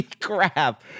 crap